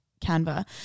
Canva